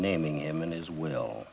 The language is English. naming him in his will